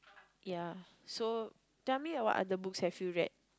ya so tell me what other books have you read